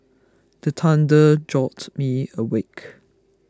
the thunder jolt me awake